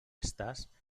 estàs